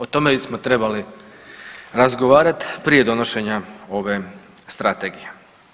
O tome bismo trebali razgovarat prije donošenja ove strategije.